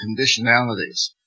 conditionalities